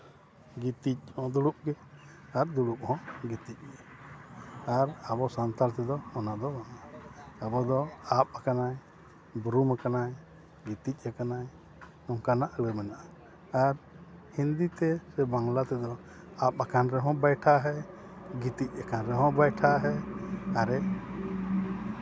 ᱜᱤᱛᱤᱡ ᱦᱚᱸ ᱫᱩᱲᱩᱵ ᱜᱮ ᱟᱨ ᱫᱩᱲᱩᱵ ᱦᱚᱸ ᱜᱤᱛᱤᱡ ᱜᱮ ᱟᱵᱚ ᱥᱟᱱᱛᱟᱲ ᱛᱮᱫᱚ ᱚᱱᱟ ᱫᱚ ᱟᱵᱚᱫᱚ ᱟᱵ ᱟᱠᱟᱱᱟᱭ ᱵᱩᱨᱩᱢ ᱟᱠᱟᱱᱟᱭ ᱜᱤᱛᱤᱡ ᱟᱠᱟᱱᱟᱭ ᱚᱱᱠᱟᱱᱟᱜ ᱜᱮ ᱢᱮᱱᱟᱜᱼᱟ ᱟᱨ ᱦᱤᱱᱫᱤ ᱛᱮ ᱥᱮ ᱵᱟᱝᱞᱟ ᱛᱮᱫᱚ ᱟᱯ ᱟᱠᱟᱱ ᱨᱮᱦᱚᱸ ᱵᱮᱭᱴᱷᱟ ᱦᱮᱸ ᱜᱤᱛᱤᱡ ᱟᱠᱟᱱ ᱨᱮᱦᱚᱸ ᱵᱮᱭᱴᱷᱟ ᱦᱮᱸ ᱟᱨᱮ